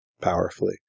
powerfully